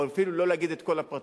או אפילו לא להגיד את כל הפרטים.